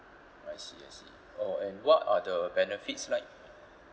I see I see oh and what are the benefits like